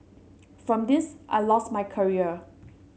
from this I lost my career